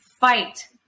fight